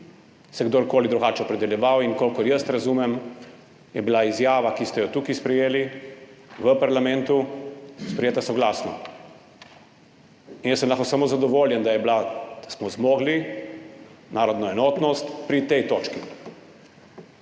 kdorkoli drugače opredeljeval. In kolikor jaz razumem, je bila izjava, ki ste jo tukaj sprejeli v parlamentu, sprejeta soglasno. In jaz sem lahko samo zadovoljen, da smo zmogli narodno enotnost pri tej točki.